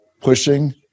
pushing